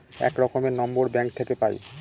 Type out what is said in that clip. এক রকমের number bank থাকে পাই